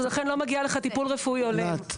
אז לכן לא מגיע לך טיפול רפואי הולם".